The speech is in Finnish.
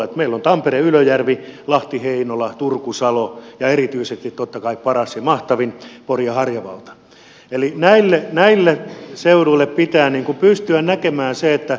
meillä on tampereylöjärvi lahtiheinola turkusalo ja erityisesti totta kai paras ja mahtavin pori ja harjavalta